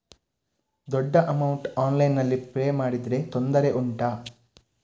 ದೊಡ್ಡ ಅಮೌಂಟ್ ಆನ್ಲೈನ್ನಲ್ಲಿ ಪೇ ಮಾಡಿದ್ರೆ ತೊಂದರೆ ಉಂಟಾ?